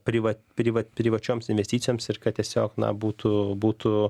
privat privat privačioms investicijoms ir kad tiesiog na būtų būtų